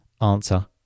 Answer